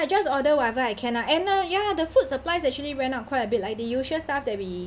ya just order whatever I can lah and uh ya the food supplies actually ran out quite a bit like the usual stuff that we